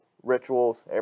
Rituals